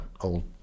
old